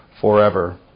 forever